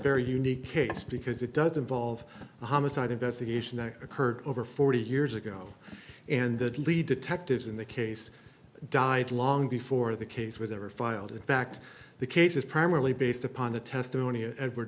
very unique case because it does involve the homicide investigation that occurred over forty years ago and that lead detectives in the case died long before the case was ever filed in fact the case is primarily based upon the testimony of edward